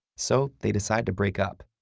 so, they decide to break up.